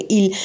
il